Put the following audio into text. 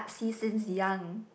season young